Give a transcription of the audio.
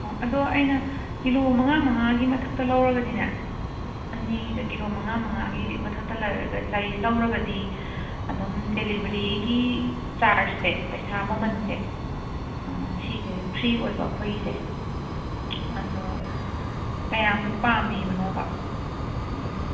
ꯑꯗꯣ ꯑꯩꯅ ꯀꯤꯂꯣ ꯃꯉꯥ ꯃꯉꯥꯒꯤ ꯃꯊꯛꯇ ꯂꯧꯔꯒꯗꯤꯅꯦ ꯑꯅꯤꯗ ꯀꯤꯂꯣ ꯃꯉꯥ ꯃꯉꯥꯒꯤ ꯃꯊꯛꯇ ꯂꯧꯔꯒꯗꯤ ꯑꯗꯨꯝ ꯗꯤꯂꯤꯕꯔꯤꯒꯤ ꯆꯥꯔ꯭ꯖꯁꯦ ꯄꯩꯁꯥ ꯃꯃꯜꯁꯦ ꯎꯝ ꯁꯤꯁꯦ ꯐ꯭ꯔꯤ ꯑꯣꯏꯕ ꯑꯩꯈꯣꯏꯒꯤꯁꯦ ꯑꯗꯨ ꯀꯌꯥꯃꯨꯛ ꯄꯥꯝꯕꯤꯕꯅꯣꯕ ꯄꯣꯠꯁꯦ